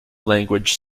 language